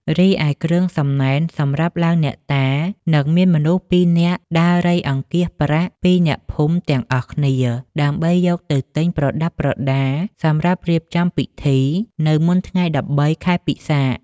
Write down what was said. រីឯគ្រឿងសំណែនសម្រាប់ឡើងអ្នកតារនិងមានមនុស្សពីរនាក់ដើររៃអង្គាសប្រាក់ពីអ្នកភូមិទាំងអស់គ្នា ដើម្បីយកទៅទិញ ប្រដាប់ប្រដា សម្រាប់រៀបចំពិធី នៅមុនថ្ងៃ១៣ ខែពិសាខ។